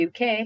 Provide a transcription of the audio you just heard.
UK